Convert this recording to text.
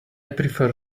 prefer